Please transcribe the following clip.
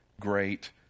great